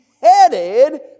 headed